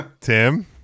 tim